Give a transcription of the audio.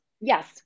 Yes